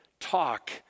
Talk